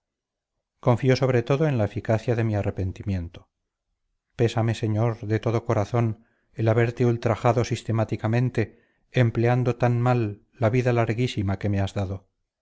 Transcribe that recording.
confío sobre todo en la eficacia de mi arrepentimiento pésame señor de todo corazón el haberte ultrajado sistemáticamente empleando tan mal la vida larguísima que me has dado